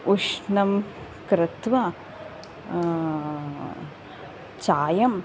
उष्णं कृत्वा चायम्